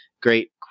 great